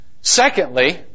Secondly